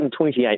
£128